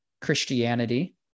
Christianity